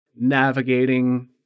navigating